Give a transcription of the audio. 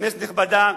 כנסת נכבדה,